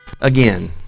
again